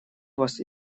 вас